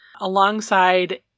alongside